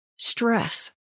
Stress